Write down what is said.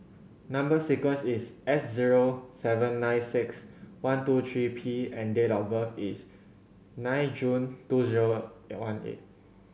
number sequence is S zero seven nine six one two three P and date of birth is nine June two zero one eight